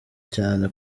cyane